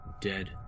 dead